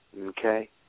Okay